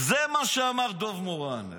זה מה שאמר דב מורן.